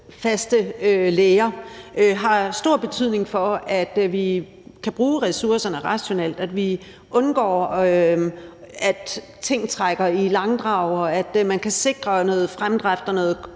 faste læger, har stor betydning for, at man kan bruge ressourcerne rationelt, at man undgår, at ting trækker i langdrag, og at man kan sikre noget fremdrift